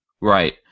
Right